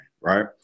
right